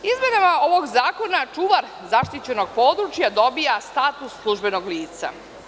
Izmenama ovog zakona čuvar zaštićenog područja dobija status službenog lica.